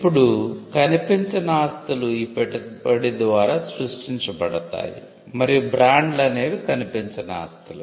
ఇప్పుడు కనిపించని ఆస్తులు ఈ పెట్టుబడి ద్వారా సృష్టించబడతాయి మరియు బ్రాండ్లు అనేవి కనిపించని ఆస్తులు